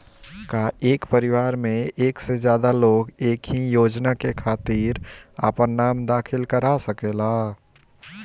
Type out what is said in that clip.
का एक परिवार में एक से ज्यादा लोग एक ही योजना के खातिर आपन नाम दाखिल करा सकेला?